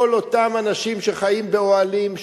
כל אותם אנשים שחיים באוהלים,